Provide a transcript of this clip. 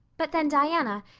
but then, diana,